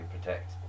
protect